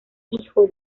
hijo